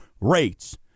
rates